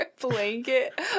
blanket